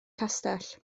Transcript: castell